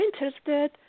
interested